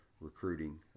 recruiting